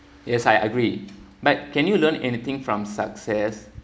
yes I agree but can you learn anything from success